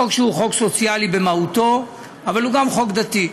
חוק שהוא חוק סוציאלי במהותו, אבל הוא גם חוק דתי.